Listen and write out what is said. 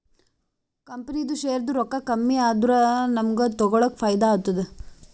ಕಂಪನಿದು ಶೇರ್ದು ರೊಕ್ಕಾ ಕಮ್ಮಿ ಆದೂರ ನಮುಗ್ಗ ತಗೊಳಕ್ ಫೈದಾ ಆತ್ತುದ